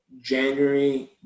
January